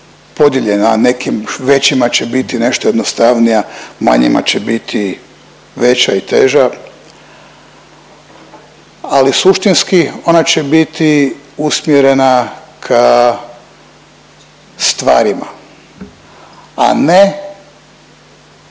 podijeljena, nekim većima će biti nešto jednostavnija, manjima će biti veća i teža, ali suštinski, ona će biti usmjerena ka stvarima, a ne,